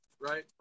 right